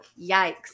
yikes